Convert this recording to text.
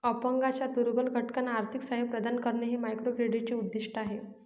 अपंगांच्या दुर्बल घटकांना आर्थिक सहाय्य प्रदान करणे हे मायक्रोक्रेडिटचे उद्दिष्ट आहे